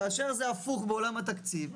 כאשר זה הפוך בעולם התקציב,